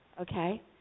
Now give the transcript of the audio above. okay